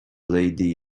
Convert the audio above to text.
lady